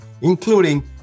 including